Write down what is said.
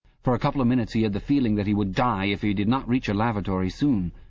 for a couple of minutes he had the feeling that he would die if he did not reach a lavatory soon.